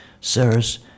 Sirs